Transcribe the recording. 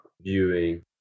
viewing